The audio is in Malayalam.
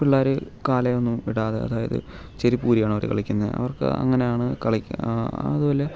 പിള്ളേര് കാലിൽ ഒന്നും ഇടാതെ അതായത് ചെരുപ്പ് ഊരിയാണ് അവർ കളിക്കുന്നത് അവർക്ക് അങ്ങനെ ആണ് കളിക്കുക അതുപോലെ